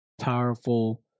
powerful